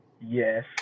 Yes